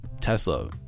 Tesla